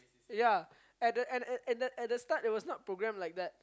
ya and uh and at the start the start it was not programmed like that